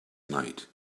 night